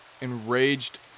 enraged